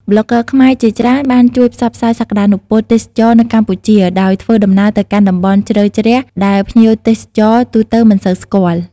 ប្លុកហ្គើខ្មែរជាច្រើនបានជួយផ្សព្វផ្សាយសក្ដានុពលទេសចរណ៍នៅកម្ពុជា ដោយធ្វើដំណើរទៅកាន់តំបន់ជ្រៅជ្រះដែលភ្ញៀវទេសចរទូទៅមិនសូវស្គាល់។